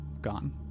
gone